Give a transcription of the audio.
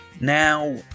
Now